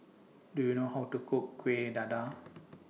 Do YOU know How to Cook Kueh Dadar